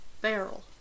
barrel